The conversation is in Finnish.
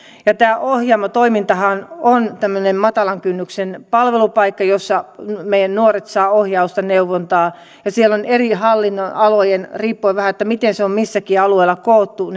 ja tämä ohjaamo toimintahan on tämmöinen matalan kynnyksen palvelupaikka jossa meidän nuoret saavat ohjausta neuvontaa ja siellä on eri hallinnonalojen riippuen vähän miten se on missäkin alueella koottu